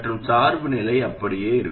மற்றும் சார்பு நிலை அப்படியே இருக்கும்